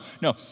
no